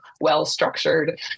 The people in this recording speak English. well-structured